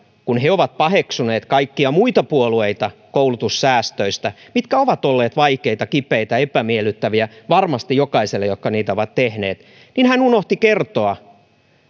kun he ovat paheksuneet kaikkia muita puolueita koulutussäästöistä mitkä ovat olleet vaikeita kipeitä epämiellyttäviä varmasti jokaiselle jotka niitä ovat tehneet niin hän unohti kertoa